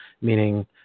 meaning